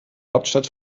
hauptstadt